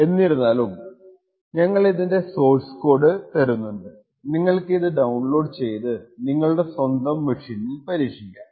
എന്തിരുന്നാലും ഞങ്ങൾ ഇതിന്റെ സോഴ്സ് കോഡ് തരുന്നുണ്ട് നിങ്ങൾക്കിത് ഡൌൺലോഡ് ചെയ്തു നിങ്ങളുടെ സ്വന്തം മെഷീനിൽ പരീക്ഷിക്കാം